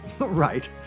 Right